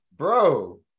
Bro